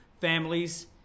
families